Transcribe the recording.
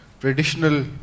traditional